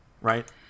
Right